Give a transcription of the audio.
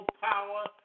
power